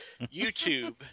YouTube